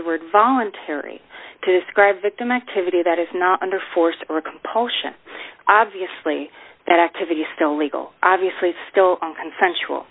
the word voluntary to describe victim activity that is not under forcible compulsion obviously that activity still legal obviously is still consensual